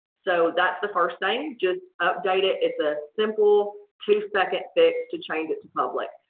so that's the first thing just update it. it's a simple two-second fix to change it to public.